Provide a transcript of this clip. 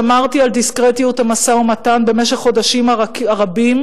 שמרתי על דיסקרטיות המשא-ומתן במשך חודשים רבים